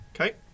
Okay